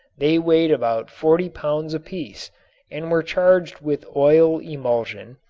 they weighed about forty pounds apiece and were charged with oil emulsion,